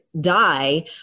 die